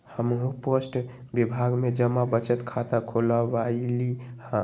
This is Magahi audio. हम्हू पोस्ट विभाग में जमा बचत खता खुलवइली ह